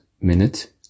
minute